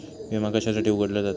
विमा कशासाठी उघडलो जाता?